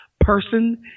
person